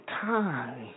time